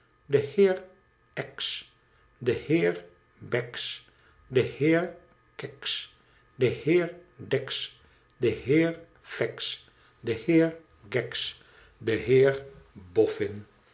de heer aggs de heer baggs de heer caggs de heer daggs de heer faggs de heer gaggs de heer